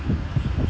and it's quite